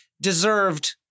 deserved